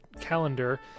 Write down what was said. calendar